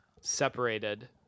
separated